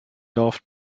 laughed